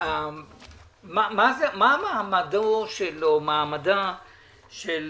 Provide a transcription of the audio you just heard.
מה מעמדו או מעמדה של